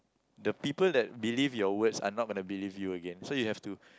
the people that believe your words are not going to believe you again so you have to